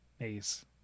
Ace